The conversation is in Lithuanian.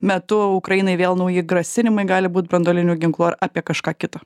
metu ukrainai vėl nauji grasiniai gali būti branduoliniu ginklu ar apie kažką kita